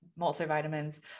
multivitamins